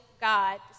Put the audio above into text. God